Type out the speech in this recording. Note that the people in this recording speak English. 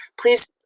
please